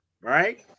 right